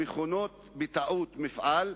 המכונות בטעות "מפעל",